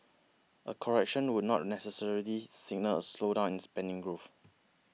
a correction would not necessarily signal a slowdown in spending growth